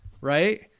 right